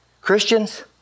Christians